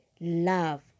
love